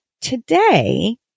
today